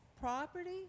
property